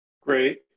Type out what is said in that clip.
Great